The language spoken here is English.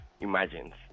imagines